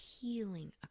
healing